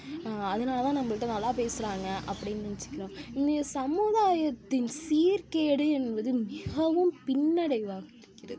அதனால தான் நம்மள்ட்ட நல்லா பேசுகிறாங்க அப்படின்னு நினச்சிக்கிறாங்க இன்றைய சமுதாயத்தின் சீர்கேடு என்பது மிகவும் பின்னடைவாக இருக்கின்றது